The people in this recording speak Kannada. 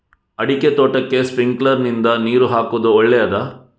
ಅಡಿಕೆ ತೋಟಕ್ಕೆ ಸ್ಪ್ರಿಂಕ್ಲರ್ ನಿಂದ ನೀರು ಹಾಕುವುದು ಒಳ್ಳೆಯದ?